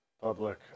public